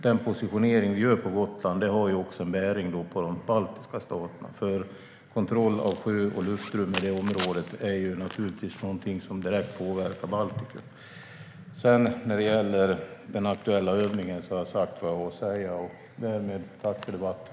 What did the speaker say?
Den positionering som görs på Gotland har också bäring på de baltiska staterna. Kontroll av sjö och luftrum i det området är naturligtvis något som direkt påverkar Baltikum. När det gäller den aktuella övningen har jag sagt vad jag har att säga. Därmed tackar jag för debatten.